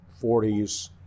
40s